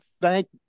thank